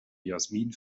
jasmin